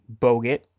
Bogut